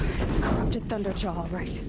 corrupted thunderjaw alright!